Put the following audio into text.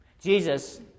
Jesus